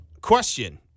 Question